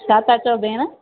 छा था चओ भेण